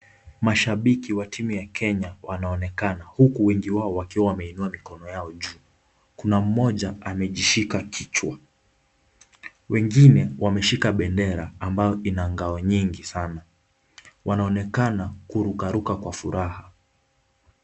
Mashabiki wa timu ya kenya wanaonekana huku wengi wao wakiwa wameenua mikono yao juu kuna mmoja amejishika kichwa. Wengine wameshika bendera yenye ngao nyingi sana. Wanaonekana wakirukaruka kwa furaha.